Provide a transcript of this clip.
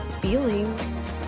feelings